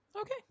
Okay